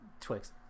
Twix